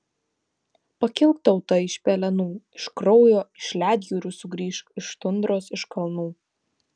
pakilk tauta iš pelenų iš kraujo iš ledjūrių sugrįžk iš tundros iš kalnų